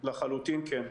לחלוטין, כן.